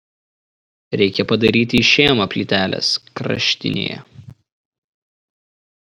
reikia padaryti išėmą plytelės kraštinėje